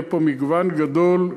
יהיה פה מגוון גדול,